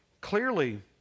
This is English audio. clearly